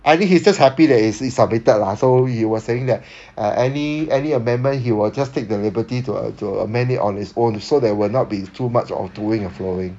I think he's just happy that he submitted lah so you were saying that ah any any amendment he will just take the liberty to to amend it on his own so that it will not be too much of doing and following